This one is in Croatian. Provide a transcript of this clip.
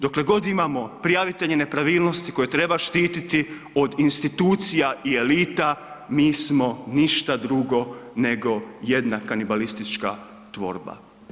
Dokle god imamo prijavitelje nepravilnosti koje treba štititi od institucija i elita mi smo ništa drugo nego jedna kanibalistička tvorba.